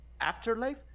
Afterlife